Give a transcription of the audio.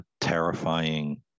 terrifying